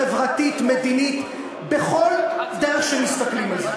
חברתית ומדינית בכל דרך שמסתכלים על זה.